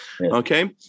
Okay